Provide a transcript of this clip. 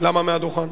למה מהדוכן?